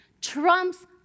trumps